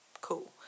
Cool